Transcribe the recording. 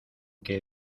que